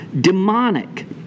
demonic